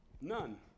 None